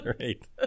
right